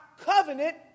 covenant